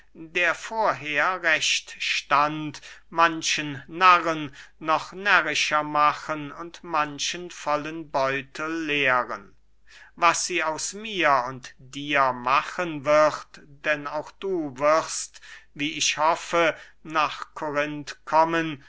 der vorher recht stand manchen narren noch närrischer machen und manchen vollen beutel leeren was sie aus mir und dir machen wird denn auch du wirst wie ich hoffe nach korinth kommen